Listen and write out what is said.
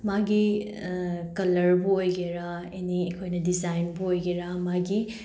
ꯃꯥꯒꯤ ꯀꯂꯔꯕꯨ ꯑꯣꯏꯒꯦꯔꯥ ꯑꯦꯅꯤ ꯑꯩꯈꯣꯏꯅ ꯗꯤꯖꯥꯏꯟꯕꯨ ꯑꯣꯏꯒꯦꯔꯥ ꯃꯥꯒꯤ